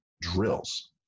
drills